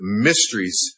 mysteries